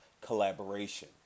collaboration